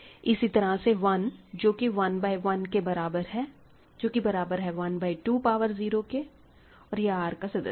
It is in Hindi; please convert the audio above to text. इसी तरह से 1 जो कि 1 बाय 1 के बराबर है जो कि बराबर है 1 बाय 2 पावर 0 के और यह R का सदस्य है